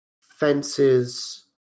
fences